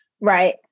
Right